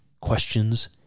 questions